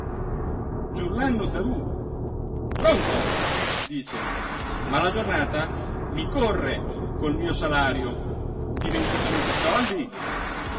giurlannu zarú pronto dice ma la giornata mi corre col mio salario di venticinque soldi